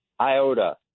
iota